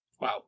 wow